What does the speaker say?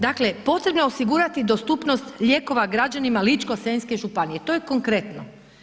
Dakle, potrebno je osigurati dostupnost lijekova građanima Ličko-senjske županije, to je konkretno.